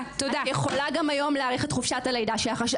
את יכולה גם היום להאריך את חופשת הלידה שלך.